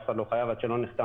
אף אחד לא חייב עד שלא נחתם.